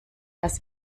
das